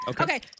okay